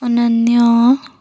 ଅନନ୍ୟ